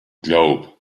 globe